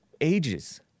ages